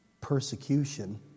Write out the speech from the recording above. persecution